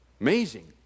Amazing